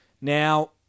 Now